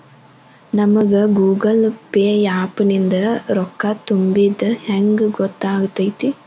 ನಮಗ Google Pay app ನಿಂದ ರೊಕ್ಕಾ ತುಂಬಿದ್ದ ಹೆಂಗ್ ಗೊತ್ತ್ ಆಗತೈತಿ?